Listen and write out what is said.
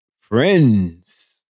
friends